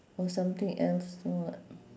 or something else what